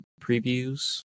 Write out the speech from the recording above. previews